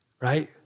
right